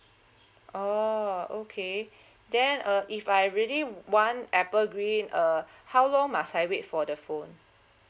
oh okay then uh if I really want apple green uh how long must I wait for the phone